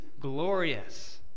glorious